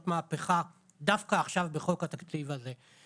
מהפכה דווקא עכשיו בחוק התקציב הזה.